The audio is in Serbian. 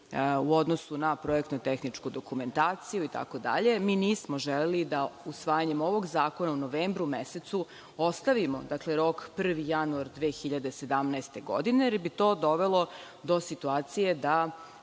u odnosu na projektno-tehničku dokumentaciju itd. Mi nismo želeli da usvajanjem ovog zakona u novembru mesecu ostavimo rok 1. januar 2017. godine jer bi to dovelo do situacije da